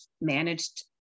managed